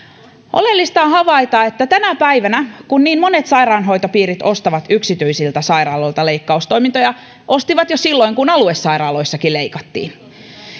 oleellista on havaita että tänä päivänä monet sairaanhoitopiirit ostavat yksityisiltä sairaaloilta leikkaustoimintoja ostivat jo silloin kun aluesairaaloissakin leikattiin